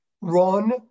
run